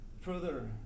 further